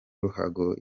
ruhago